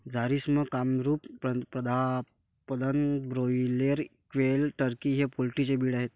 Jharsim, Kamrup, Pratapdhan, broiler, quail, turkey हे poultry चे breed आहेत